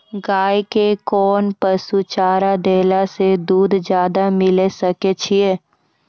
गाय के कोंन पसुचारा देला से दूध ज्यादा लिये सकय छियै?